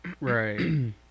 right